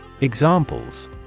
Examples